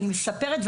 אני מספרת,